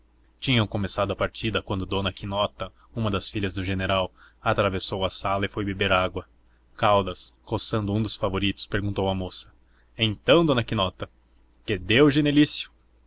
tinham começado a partida quando dona quinota uma das filhas do general atravessou a sala e foi beber água caldas coçando um dos favoritos perguntou à moça então dona quinota quedê o